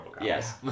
Yes